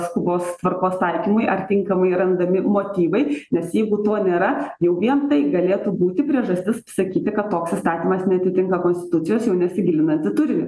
skubos tvarkos taikymui ar tinkamai randami motyvai nes jeigu to nėra jau vien tai galėtų būti priežastis sakyti kad toks įstatymas neatitinka konstitucijos jau nesigilinant į turinį